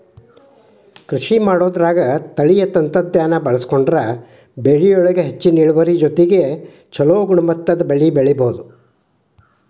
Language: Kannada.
ಕೃಷಿಮಾಡೋದ್ರಾಗ ತಳೇಯ ತಂತ್ರಜ್ಞಾನ ಬಳಸ್ಕೊಂಡ್ರ ಬೆಳಿಯೊಳಗ ಹೆಚ್ಚಿನ ಇಳುವರಿ ಜೊತೆಗೆ ಚೊಲೋ ಗುಣಮಟ್ಟದ ಬೆಳಿ ಬೆಳಿಬೊದು